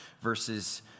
verses